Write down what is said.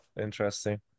interesting